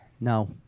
No